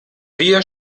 wir